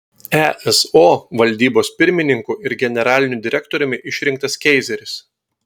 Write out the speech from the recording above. eso valdybos pirmininku ir generaliniu direktoriumi išrinktas keizeris